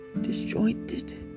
disjointed